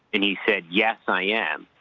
and he said yes, i am.